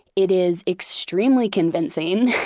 it is extremely convincing,